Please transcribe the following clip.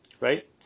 right